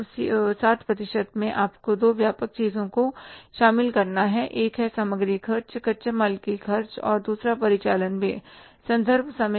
उस 60 प्रतिशत में आपको दो व्यापक चीजों को शामिल करना है एक है सामग्री खर्च कच्चे माल का खर्च और दूसरा परिचालन व्यय